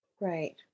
Right